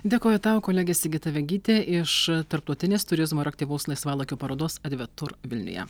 dėkoju tau kolegė sigita vegytė iš tarptautinės turizmo ir aktyvaus laisvalaikio parodos adventur vilniuje